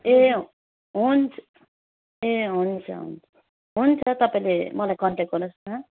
ए हुन्छ ए हुन्छ हुन्छ हुन्छ तपाईँले मलाई कन्ट्याक्ट गर्नुहोस् न